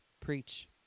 preach